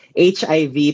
HIV